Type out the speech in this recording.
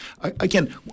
Again